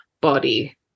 body